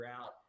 out